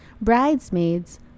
Bridesmaids